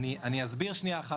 אסביר משהו,